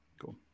Cool